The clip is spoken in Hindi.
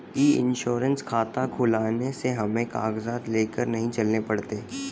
ई इंश्योरेंस खाता खुलवाने से हमें कागजात लेकर नहीं चलने पड़ते